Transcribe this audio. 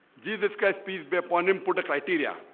jesus christ peace be upon him put a criteria.